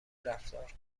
رفتار